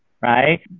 right